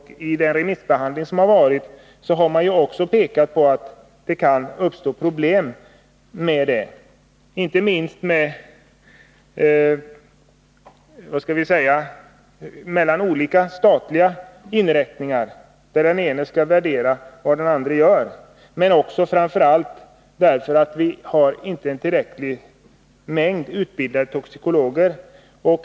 Vid remissbehandlingen har det framhållits att det här kan uppstå problem, inte minst med tanke på att det rör sig om olika statliga inrättningar, där den ena skulle 5 i 167 värdera vad den andra gör. Den främsta orsaken är emellertid att vi inte har tillräckligt många utbildade toxikologer.